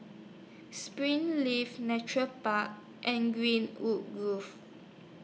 Springleaf Nature Park and Greenwood Grove